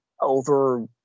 over